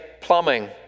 plumbing